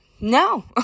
no